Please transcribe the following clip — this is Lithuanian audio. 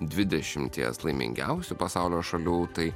dvidešimties laimingiausių pasaulio šalių tai